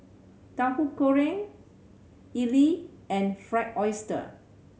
Tahu Goreng idly and Fried Oyster